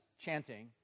chanting